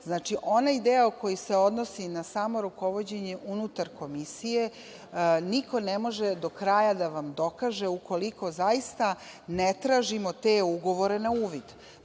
Znači, onaj deo koji se odnosi na samo rukovođenje unutar komisije, niko ne može do kraja da vam dokaže ukoliko zaista ne tražimo te ugovore na uvid.